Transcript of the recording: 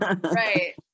Right